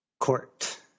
Court